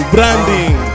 Branding